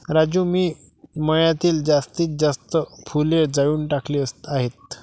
राजू मी मळ्यातील जास्तीत जास्त फुले जाळून टाकली आहेत